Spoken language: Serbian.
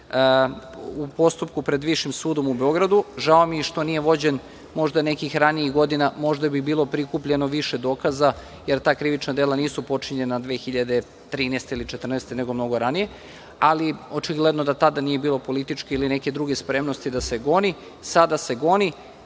u postupku pred Višim sudom u Beogradu. Žao mi je što nije vođen možda nekih ranijih godina, možda bi bilo prikupljeno više dokaza, jer ta krivična dela nisu počinjena 2013/2014. godine nego mnogo ranije, ali očigledno da tada nije bilo politički ili neke druge spremnosti da se goni. Sada se goni